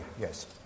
Yes